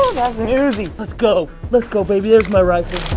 an uzi! let's go! let's go, baby. there's my rifle. i